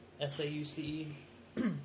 S-A-U-C-E